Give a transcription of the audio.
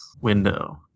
window